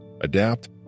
adapt